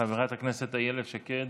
חברת הכנסת איילת שקד,